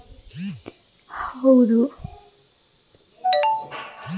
beaten rice ಇದನ್ನು ಅವಲಕ್ಕಿ ಅಥವಾ ಪೋಹ ಎಂದು ಕರಿತಾರೆ